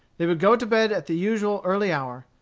they would go to bed at the usual early hour.